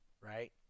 right